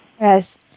Yes